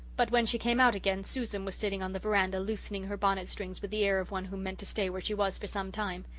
but when she came out again susan was sitting on the veranda, loosening her bonnet strings with the air of one who meant to stay where she was for some time.